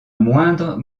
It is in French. moindre